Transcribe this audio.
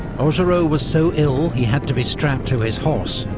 augereau was so ill he had to be strapped to his horse,